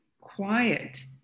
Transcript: quiet